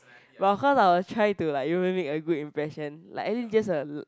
but of course I will try to like make a good impression like actually just a